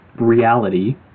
reality